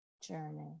journey